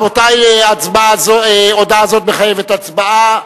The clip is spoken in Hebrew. רבותי, הודעה זאת מחייבת הצבעה.